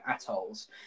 atolls